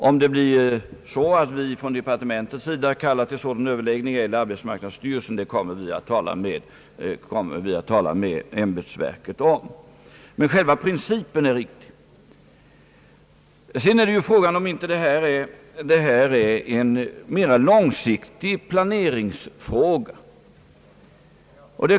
Om vi i departementet eller arbetsmarknadsstyrelsen skall kalla till sådana överläggningar kommer vi att tala med ämbetsverket om. Själva principen är emellertid riktig. Jag undrar om inte detta är en mer långsiktig planeringsfråga.